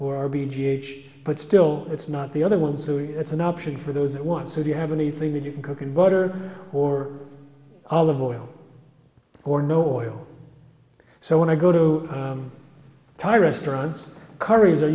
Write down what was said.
or r b g h but still it's not the other one so it's an option for those that want so you have anything that you can cook in water or olive oil or no oil so when i go to the thai restaurants curries are